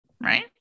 right